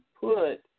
put